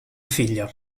figlia